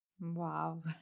Wow